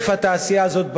אני מציע שתקרא את הצעת החוק,